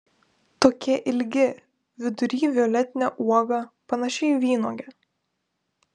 tokie ilgi vidury violetinė uoga panaši į vynuogę